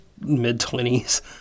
mid-twenties